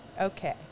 Okay